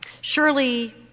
Surely